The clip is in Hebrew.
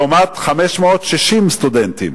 לעומת 560 סטודנטים.